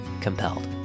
COMPELLED